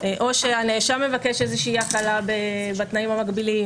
או שהנאשם מבקש איזו הקלה בתנאים המגבילים.